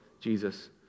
Jesus